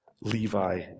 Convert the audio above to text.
Levi